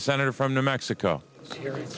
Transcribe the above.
the senator from new mexico here